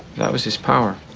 that was his power